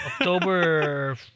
October